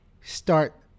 start